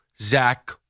Zach